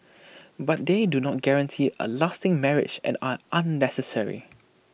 but they do not guarantee A lasting marriage and are unnecessary